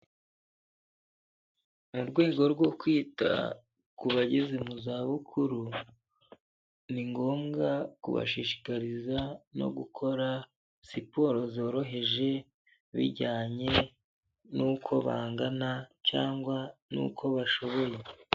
Mu rwego rwo kwita ku bageze mu zabukuru, ni ngombwa kubashishikariza no gukora siporo zoroheje, bijyanye n'uko bangana cyangwa n'uko bashoboye.